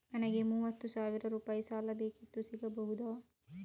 ನನಗೆ ಮೂವತ್ತು ಸಾವಿರ ರೂಪಾಯಿ ಸಾಲ ಬೇಕಿತ್ತು ಸಿಗಬಹುದಾ?